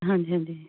ਹਾਂਜੀ ਹਾਂਜੀ